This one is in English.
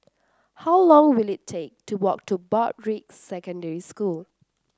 how long will it take to walk to Broadrick Secondary School